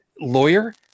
lawyer